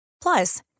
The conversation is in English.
Plus